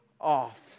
off